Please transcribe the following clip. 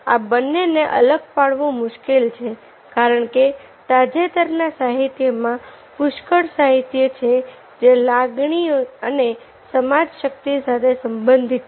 આ બંને ને અલગ પાડવું મુશ્કેલ છે કારણકે તાજેતરના સાહિત્યમાં પુષ્કળ સાહિત્ય છે જે લાગણી અને સમાજ શક્તિ સાથે સંબંધિત છે